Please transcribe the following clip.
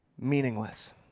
Meaningless